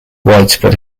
widespread